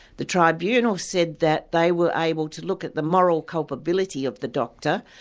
the tribunal said that they were able to look at the moral culpability of the doctor,